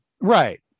Right